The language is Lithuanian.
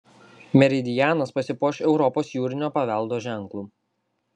meridianas pasipuoš europos jūrinio paveldo ženklu